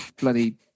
bloody